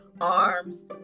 arms